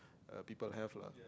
uh people have lah